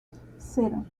cero